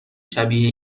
شبیه